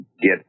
get